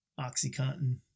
OxyContin